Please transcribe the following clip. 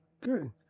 good